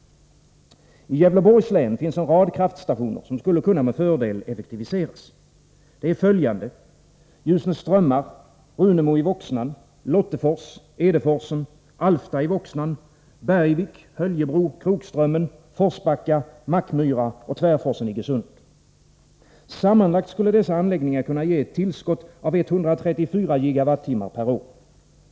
I Gävleborgs län finns en rad kraftstationer som med fördel skulle kunna effektiviseras. Det är följande: Ljusne strömmar, Runemo i Voxnan, Lottefors, Edeforsen, Alfta i Voxnan, Bergvik, Höljebro, Krokströmmen, Forsbacka, Mackmyra och Tvärforsen i Iggesund. Sammanlagt skulle dessa anläggningar ge ett tillskott på 134 GWh per år.